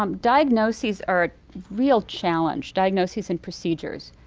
um diagnosis are a real challenge, diagnosis and procedures,